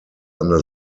under